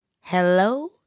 Hello